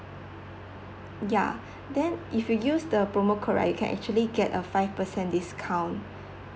ya then if you use the promo code right can actually get a five percent discount